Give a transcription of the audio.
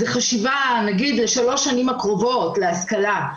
זה חשיבה לשלוש השנים הקרובות על השכלה.